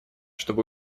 чтобы